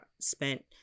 spent